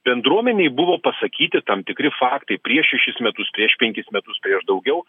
bendruomenei buvo pasakyti tam tikri faktai prieš šešis metus prieš penkis metus prieš daugiau